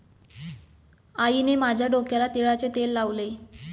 आईने माझ्या डोक्याला तिळाचे तेल लावले